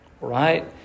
Right